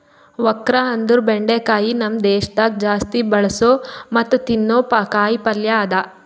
okra ಅಂದುರ್ ಬೆಂಡಿಕಾಯಿ ನಮ್ ದೇಶದಾಗ್ ಜಾಸ್ತಿ ಬೆಳಸೋ ಮತ್ತ ತಿನ್ನೋ ಕಾಯಿ ಪಲ್ಯ ಅದಾ